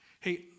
Hey